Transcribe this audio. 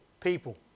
people